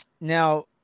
Now